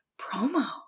promo